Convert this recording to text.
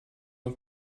auf